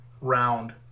round